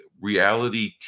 reality